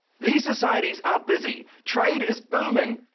these societies are busy. trade is booming.